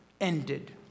ended